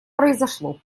произошло